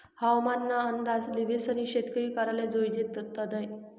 हवामान ना अंदाज ल्हिसनी शेती कराले जोयजे तदय